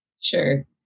Sure